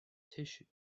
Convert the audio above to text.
tissue